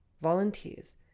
volunteers